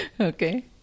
Okay